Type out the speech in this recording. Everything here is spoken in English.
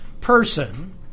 person